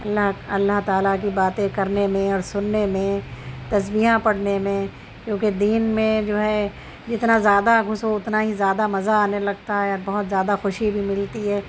اللّہ اللّہ تعالیٰ کی باتیں کرنے میں اور سننے میں تسبیحاں پڑھنے میں کیونکہ دین میں جو ہے جتنا زیادہ گھسو اتنا ہی زیادہ مزہ آنے لگتا ہے بہت زیادہ خوشی بھی ملتی ہے